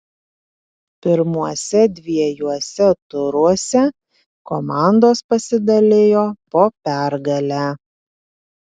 pirmuose dviejuose turuose komandos pasidalijo po pergalę